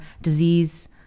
disease